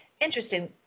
interesting